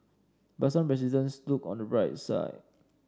but some residents look on the bright side